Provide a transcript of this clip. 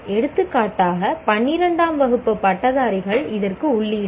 எடுத்துக்காட்டாக 12 ஆம் வகுப்பு பட்டதாரிகள் இதற்கு உள்ளீடுகள்